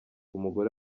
umugore